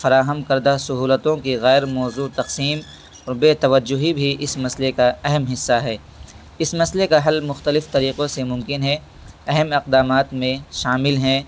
فراہم کردہ سہولتوں کی غیر موزوں تقسیم اور بے توجہی بھی اس مسئلے کا اہم حصہ ہے اس مسئلے کا حل مختلف طریقوں سے ممکن ہے اہم اقدامات میں شامل ہیں